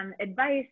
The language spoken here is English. advice